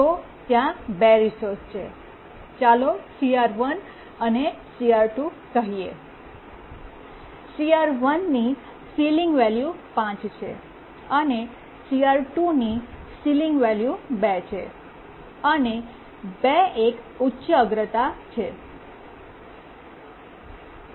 જો ત્યાં બે રિસોર્સ છે ચાલો CR 1 અને CR2 કહીએ CR1 ની સીલીંગ વૅલ્યુ 5 છે અને CR2 ની સીલીંગ વૅલ્યુ 2 છે અને 2 એક ઉચ્ચ અગ્રતા છે